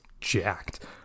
jacked